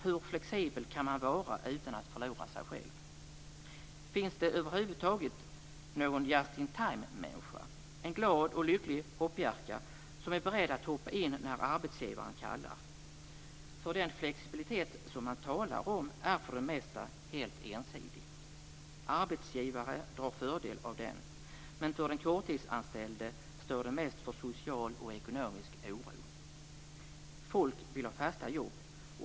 Hur flexibel kan man vara utan att förlora sig själv? Finns det över huvud taget någon just-in-timemänniska, en glad och lycklig hoppjerka, som är beredd att hoppa in när arbetsgivaren kallar? Den flexibilitet som man talar om är för det mesta helt ensidig. Arbetsgivare drar fördel av den, men för den korttidsanställde står den mest för social och ekonomisk oro. Folk vill ha fasta jobb.